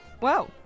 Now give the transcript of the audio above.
Wow